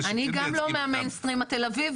אני לא הבנתי מה אמרת.